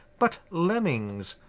but lemmings.